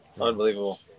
unbelievable